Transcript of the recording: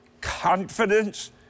confidence